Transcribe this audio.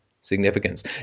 significance